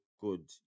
good